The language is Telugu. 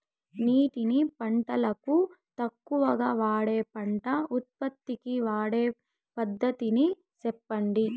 నీటిని పంటలకు తక్కువగా వాడే పంట ఉత్పత్తికి వాడే పద్ధతిని సెప్పండి?